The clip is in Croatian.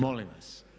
Molim vas.